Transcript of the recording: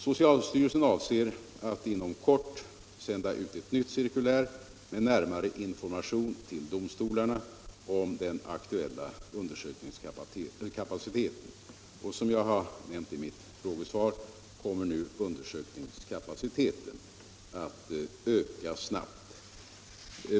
Socialstyrelsen avser att inom kort sända ut ett nytt cirkulär med närmare information till domstolarna om den aktuella undersökningskapaciteten, och som jag har nämnt i mitt svar kommer nu undersökningskapaciteten att öka snabbt.